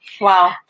Wow